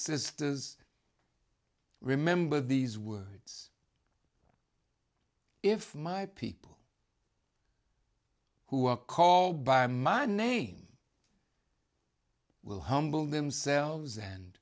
sisters remember these words if my people who are called by my name will humble themselves and